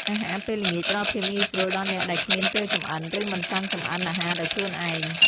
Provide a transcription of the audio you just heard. អាហារពេលល្ងាចផ្ដល់ភាពងាយស្រួលដល់អ្នកដែលគ្មានពេលចម្អិន ឬមិនចង់ចម្អិនអាហារដោយខ្លួនឯង។